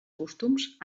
costums